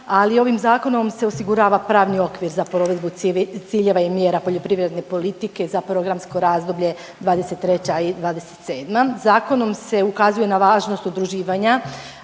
ali ovim zakonom se osigurava pravni okvir za provedbu ciljeva i mjera poljoprivredne politike za programsko razdoblje '23.-'27. Zakonom se ukazuje na važnost udruživanja,